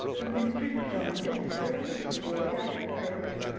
the mr. jarndyce, sir, whose story i have heard?